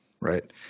right